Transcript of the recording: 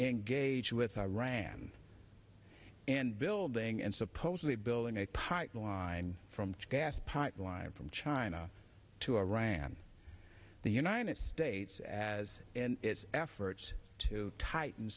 engage with iran and building and supposedly building a pipeline from gas pipeline from china to iran the united states as its efforts to tighten